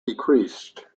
decreased